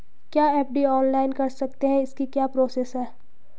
क्या FD online कर सकते हैं इसकी क्या प्रोसेस है?